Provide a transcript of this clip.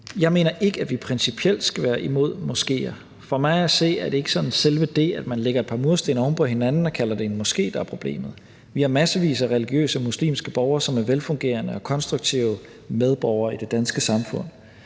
Jeg mener ikke, at vi principielt skal være imod moskéer. For mig at se er det ikke sådan selve det, at man lægger et par mursten oven på hinanden og kalder det en moské, der er problemet. Vi har massevis af religiøse, herunder muslimske, borgere, som er velfungerende og konstruktive medborgere i det danske samfund.